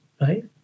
right